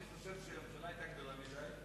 אני חושב שהממשלה היתה גדולה מדי.